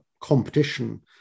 competition